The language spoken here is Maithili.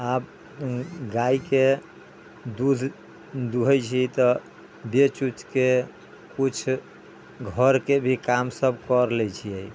आब गाय के दूध दुहै छी तऽ बेच उच के कुछ घर के भी काम सभ कर लै छियै